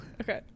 Okay